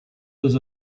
was